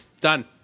done